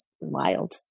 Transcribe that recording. wild